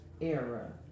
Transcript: Era